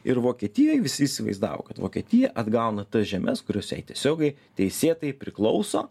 ir vokietijoj visi įsivaizdavo kad vokietija atgauna tas žemes kurios jai tiesiogiai teisėtai priklauso